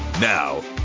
Now